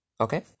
Okay